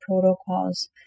protocols